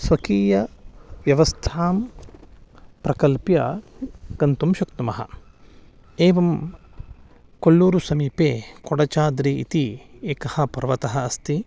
स्वकीयव्यवस्थां प्रकल्प्य गन्तुं शक्नुमः एवं कोल्लूरु समीपे कोडचाद्रि इति एकः पर्वतः अस्ति